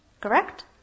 Correct